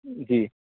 جی